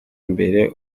imbere